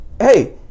hey